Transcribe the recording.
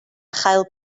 chael